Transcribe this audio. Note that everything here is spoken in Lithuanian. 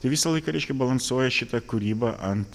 tai visą laiką reiškia balansuoja šita kūryba ant